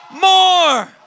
more